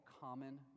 common